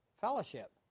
Fellowship